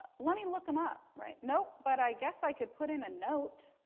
let me look him up, right, nope. but, i guess i could put in a note.